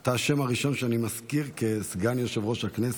אתה השם הראשון שאני מזכיר כסגן יושב-ראש הכנסת.